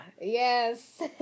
Yes